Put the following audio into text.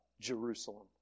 Jerusalem